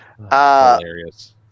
Hilarious